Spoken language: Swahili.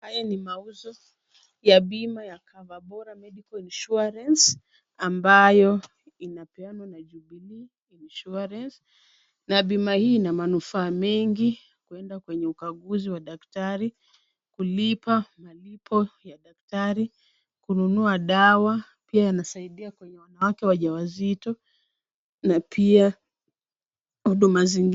Haya ni mauzo ya bima ya Cover bora Medical Insurance, ambayo inapeanwa na Jubilee insurance. Na bima hii ina manufaa mengi kwenda kwenye ukaguzi wa daktari, kulipa malipo ya daktari, kununua dawa, pia inasaidia kwenye wanawake wajawazito, na pia huduma zingine.